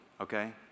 okay